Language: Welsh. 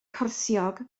corsiog